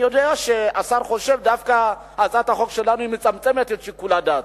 אני יודע שהשר חושב שהצעת החוק שלנו דווקא מצמצמת את שיקול הדעת.